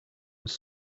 was